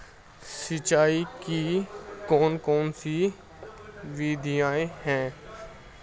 सिंचाई की कौन कौन सी विधियां हैं?